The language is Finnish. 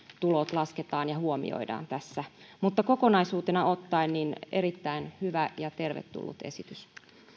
tulot lasketaan ja huomioidaan tässä mutta kokonaisuutena ottaen erittäin hyvä ja tervetullut esitys